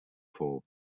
for